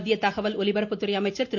மத்திய தகவல் ஒலிபரப்பு துறை அமைச்சர் திரு